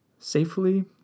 safely